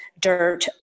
dirt